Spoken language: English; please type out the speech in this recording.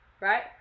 Right